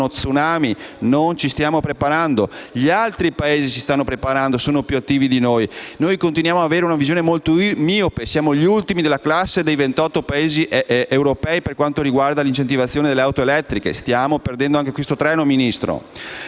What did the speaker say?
e noi non ci stiamo preparando. Gli altri Paesi si stanno preparando, sono più attivi di noi; noi continuiamo ad avere una visione molto miope, siamo gli ultimi della classe dei 28 Paesi europei per quanto riguarda l'incentivazione delle auto elettriche. Stiamo perdendo anche questo treno, Ministro.